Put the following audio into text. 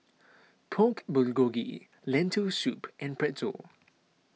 Pork Bulgogi Lentil Soup and Pretzel